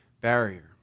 barrier